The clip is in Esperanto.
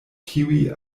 tiuj